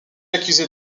accusé